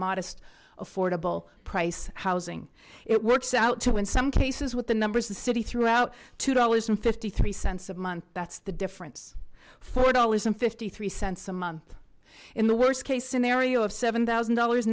modest affordable price housing it works out to in some cases with the numbers the city threw out two dollars and fifty three cents a month that's the difference four dollars and fifty three cents a month in the worst case scenario of seven thousand dollars